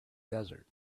desert